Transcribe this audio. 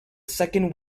second